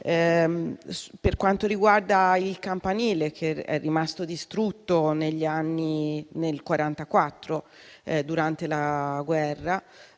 Per quanto riguarda il campanile, che è rimasto distrutto nel 1944, durante la guerra,